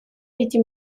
эти